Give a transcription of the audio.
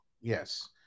yes